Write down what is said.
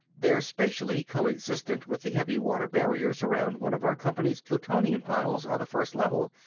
they're spatially co-existent with the heavy water barriers around one of our company's plutonium piles on the first level,